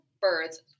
birds